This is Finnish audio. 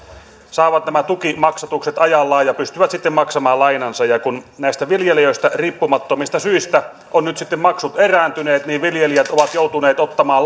saavat nämä tukimaksatukset ajallaan ja pystyvät sitten maksamaan lainansa kun näistä viljelijöistä riippumattomista syistä ovat nyt sitten maksut erääntyneet niin viljelijät ovat joutuneet ottamaan